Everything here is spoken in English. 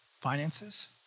finances